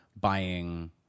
buying